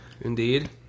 indeed